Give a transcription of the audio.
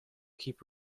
keep